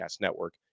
Network